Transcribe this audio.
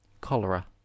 Cholera